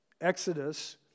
Exodus